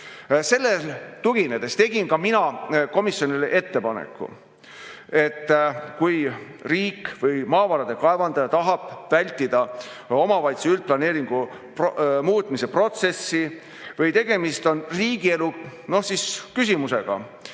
Sellele tuginedes tegin mina komisjonile ettepaneku, et kui riik või maavarade kaevandaja tahab vältida omavalitsuse üldplaneeringu muutmise protsessi või tegemist on riigielu küsimusega,